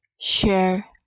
share